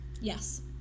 yes